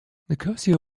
nicosia